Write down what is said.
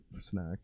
snack